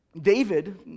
David